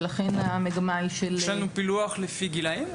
ולכן המגמה היא של --- יש לנו פילוח לפי גילאים?